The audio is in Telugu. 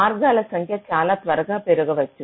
మార్గాల సంఖ్య చాలా త్వరగా పెరగవచ్చు